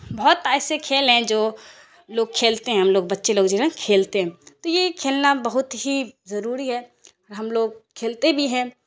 بہت ایسے کھیل ہیں جو لوگ کھیلتے ہیں ہم لوگ بچے لوگ جو ہیں کھیلتے ہیں تو یہ کھیلنا بہت ہی ضروری ہے اور ہم لوگ کھیلتے بھی ہیں